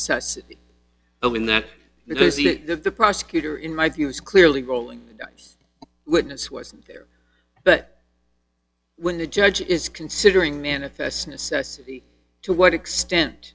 see it that the prosecutor in my view is clearly rolling witness was there but when the judge is considering manifests necessity to what extent